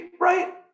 right